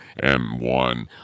M1